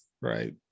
right